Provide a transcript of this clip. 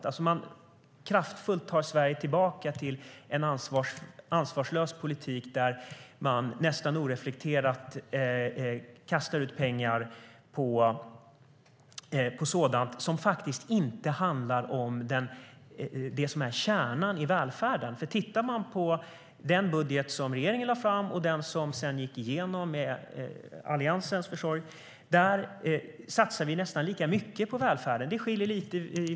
Man tar kraftfullt Sverige tillbaka till en ansvarslös politik där man nästan oreflekterat kastar ut pengar på sådant som inte handlar om kärnan i välfärden.I den budget som regeringen lade fram och i den som sedan gick igenom genom Alliansens försorg satsade man nästan lika mycket på välfärden. Det skiljer lite.